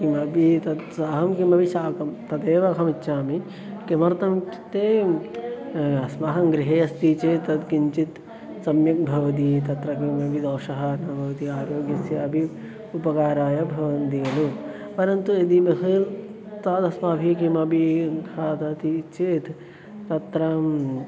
किमपि तत् स अहं किमपि शाकं तदेव अहम् इच्छामि किमर्थम् इत्युक्ते अस्माहं गृहे अस्ति चेत् तत् किञ्चित् सम्यक् भवति तत्र किमपि दोषः न भवति आरोग्यस्यापि उपकाराय भवन्ति खलु परन्तु यदि बहु तदस्माभिः किमपि खादति चेत् तत्र